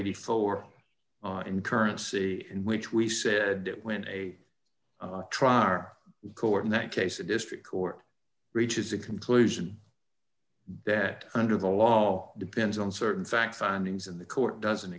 eighty four and currency in which we said that when a trial our court in that case a district court reaches a conclusion that under the law depends on certain facts on things in the court doesn't